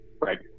Right